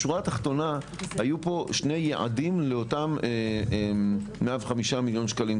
בשורה התחתונה היו פה שני יעדים לאותם 110 מיליון שקלים,